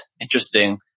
interesting